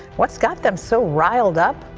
what has got them so riled up?